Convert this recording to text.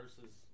versus